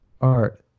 art